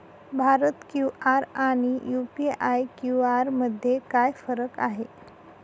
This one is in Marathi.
भारत क्यू.आर आणि यू.पी.आय क्यू.आर मध्ये काय फरक आहे?